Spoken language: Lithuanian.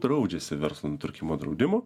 draudžiasi verslo nutrūkimo draudimu